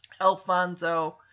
Alfonso